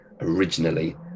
originally